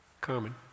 Carmen